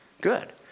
Good